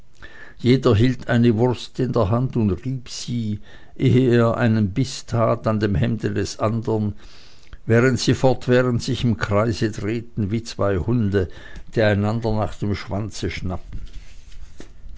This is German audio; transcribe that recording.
jeder hielt eine wurst in der hand und rieb sie eh er einen biß tat an dem hemde des andern während sie fortwährend sich im kreise drehten wie zwei hunde die einander nach dem schwanze schnappen